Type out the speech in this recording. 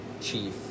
chief